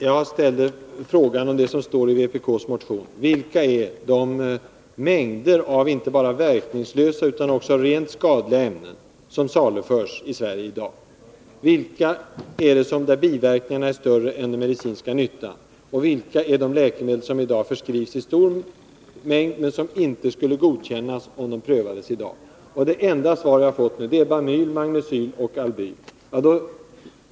Herr talman! Jag frågade om det som står i vpk:s motion. Vilka är de mängder av inte bara verkningslösa utan också rent skadliga ämnen som saluförs i Sverige i dag? Vilka läkemedel är det som har biverkningar som är större än den medicinska nyttan? Och vilka är de läkemedel som nu förskrivs i stor mängd men som inte skulle godkännas om de prövades i dag? Det enda svar jag har fått var Bamyl, Magnecyl och Albyl.